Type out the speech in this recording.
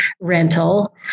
rental